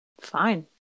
fine